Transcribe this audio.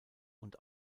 und